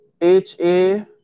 H-A